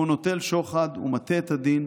והוא נוטל שוחד ומטה את הדין,